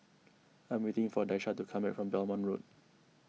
I am waiting for Daisha to come back from Belmont Road